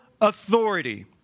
authority